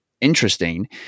interesting